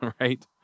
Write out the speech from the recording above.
right